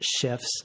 shifts